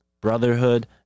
brotherhood